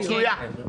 מצוין.